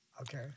okay